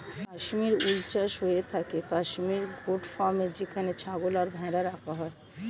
Kashmir wool চাষ হয়ে থাকে কাশ্মীর গোট ফার্মে যেখানে ছাগল আর ভেড়া রাখা হয়